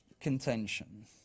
contention